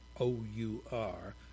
O-U-R